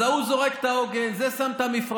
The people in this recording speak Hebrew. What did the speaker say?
אז ההוא זורק את העוגן, זה שם את המפרש,